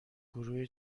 گروه